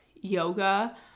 yoga